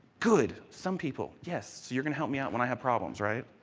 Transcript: good, some people, yes, so you can help me out when i have problems, right?